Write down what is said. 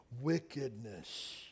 wickedness